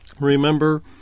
Remember